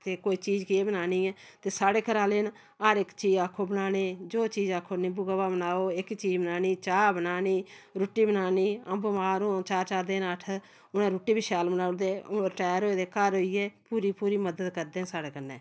ते कोई चीज केह् बनानी ऐ ते साढ़े घर आह्ले न हर इक चीज़ आक्खो बनानी जो चीज़ आक्खो निंबू काह्वा बनाओ इक चीज़ बनानी चाह् बनानी रुट्टी बनानी हां बमार होन चार चार दिन अट्ठ उ'नें रुट्टी बी शैल बनाई ओड़दे हून रटायर होए दे घर होई गे पूरी पूरी मदद करदे न साढ़े कन्नै